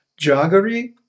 jaggery